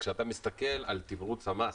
כשאתה מסתכל על תימרוץ המס,